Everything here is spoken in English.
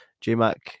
J-Mac